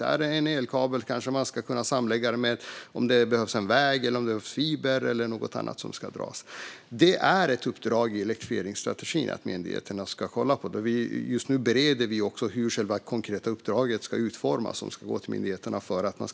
Handlar det om en elkabel kanske man samtidigt ska kunna anlägga en väg, dra in fiber eller något annat som behövs. Det är ett uppdrag i elektrifieringsstrategin att myndigheterna ska kolla på detta. Just nu bereder vi hur det konkreta uppdrag som ska gå till myndigheterna ska utformas.